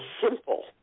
simple